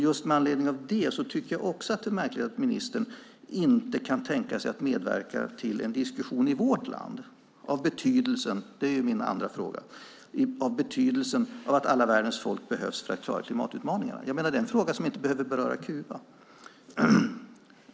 Just med anledning av detta tycker jag att det är märkligt att ministern inte kan tänka sig att medverka till en diskussion i vårt land om betydelsen av att alla världens folk behövs för att klara klimatutmaningarna. Det är en fråga som inte behöver beröra Kuba.